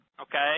Okay